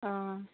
অঁ